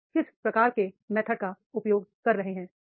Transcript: आप किस प्रकार के मेथड का उपयोग कर रहे हैं